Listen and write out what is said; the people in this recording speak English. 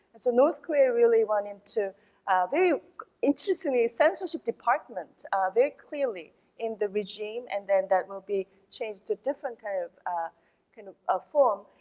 and so north korea really wanted to very interestingly censorship department very clearly in the regime and then that will be changed to different kind of of form.